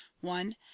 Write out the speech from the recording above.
one